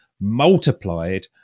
multiplied